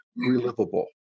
relivable